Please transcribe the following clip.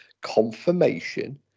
confirmation